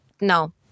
No